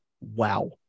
Wow